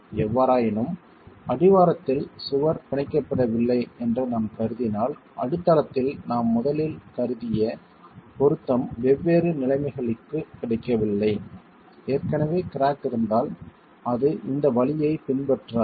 எவ்வாறாயினும் அடிவாரத்தில் சுவர் பிணைக்கப்படவில்லை என்று நாம் கருதினால் அடித்தளத்தில் நாம் முதலில் கருதிய பொருத்தம் வெவ்வேறு நிலைமைகளுக்கு கிடைக்கவில்லை ஏற்கனவே கிராக் இருந்தால் அது இந்த வழியைப் பின்பற்றாது